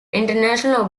international